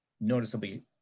noticeably